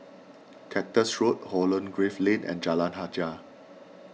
Cactus Road Holland Grove Lane and Jalan Hajijah